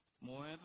More